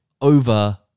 over